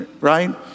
right